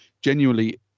genuinely